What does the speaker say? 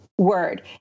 word